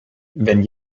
wenn